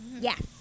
Yes